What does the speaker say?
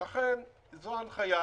זו ההנחיה